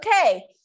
Okay